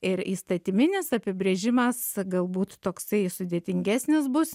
ir įstatyminis apibrėžimas galbūt toksai sudėtingesnis bus